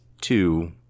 two